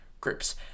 groups